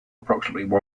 approximately